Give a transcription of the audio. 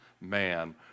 man